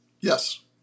Yes